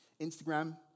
Instagram